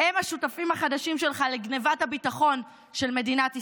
הם השותפים החדשים שלך לגנבת הביטחון של מדינת ישראל.